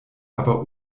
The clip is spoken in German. aber